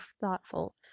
thoughtful